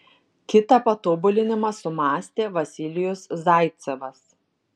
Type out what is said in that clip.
kitą patobulinimą sumąstė vasilijus zaicevas